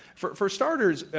for for starters,